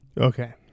Okay